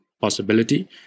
possibility